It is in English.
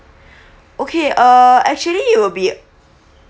okay err actually it will be